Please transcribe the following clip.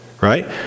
right